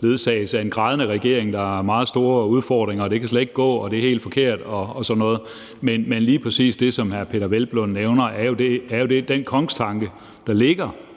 ledsages af en grædende regering, der har meget store udfordringer, og det kan slet ikke gå, og det er helt forkert og sådan noget. Men lige præcis det, som hr. Peder Hvelplund nævner, er den kongstanke, der ligger